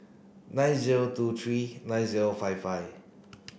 nine zero two three nine zero five five